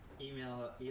email